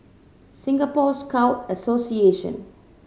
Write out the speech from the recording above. Singapore Scout Association